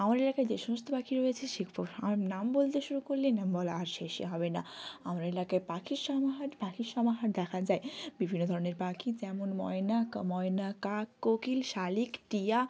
আমার এলাকায় যে সমস্ত পাখি রয়েছে সে নাম বলতে শুরু করলে নাম বলা আর শেষই হবে না আমার এলাকায় পাখির সমাহার পাখির সমাহার দেখা যায় বিভিন্ন ধরনের পাখি যেমন ময়না কা ময়না কাক কোকিল শালিক টিয়া